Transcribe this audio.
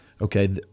okay